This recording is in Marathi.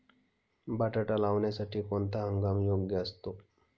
बटाटा लावण्यासाठी कोणता हंगाम योग्य असतो?